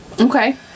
Okay